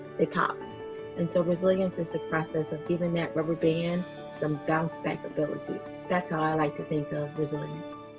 they pop and so resilience is the process of giving that rubber band some bounce back ability that's how i like to think ah of.